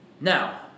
Now